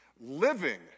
Living